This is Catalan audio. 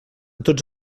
tots